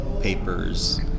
papers